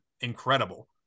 incredible